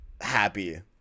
happy